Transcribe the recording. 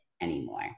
anymore